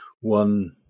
one